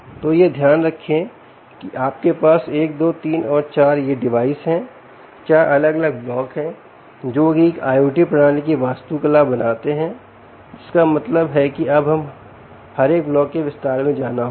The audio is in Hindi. तो यह ध्यान रखें कि आपके पास 1 2 3 और ये 4 डिवाइस हैं 4 अलग अलग ब्लॉक हैं जो एक IoT प्रणाली की वास्तुकला बनाते हैं जिसका मतलब है कि अब हमें हर एक ब्लॉक के विस्तार में जाना होगा